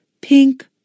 pink